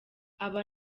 aba